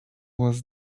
was